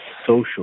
social